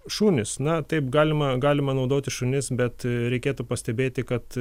šunys na taip galima galima naudoti šunis bet reikėtų pastebėti kad